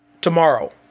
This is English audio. tomorrow